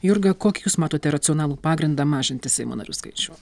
jurga kokį jūs matote racionalų pagrindą mažinti seimo narių skaičių